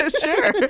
Sure